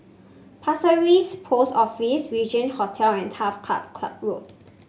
Pasir Ris Post Office Regin Hotel and Turf Club Club Road